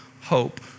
hope